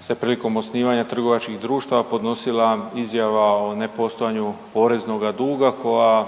se prilikom osnivanja trgovačkih društava podnosila izjava o nepostojanju poreznoga duga koja,